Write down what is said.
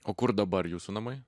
o kur dabar jūsų namai